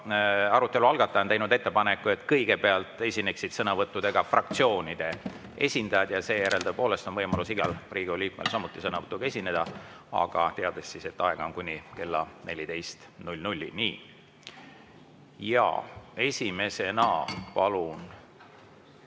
Arutelu algataja on teinud ettepaneku, et kõigepealt esineksid sõnavõtuga fraktsioonide esindajad ja seejärel tõepoolest on võimalus igal Riigikogu liikmel samuti sõnavõtuga esineda, aga teadkem, et aega on kuni kella 14-ni. Esimesena palun